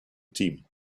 team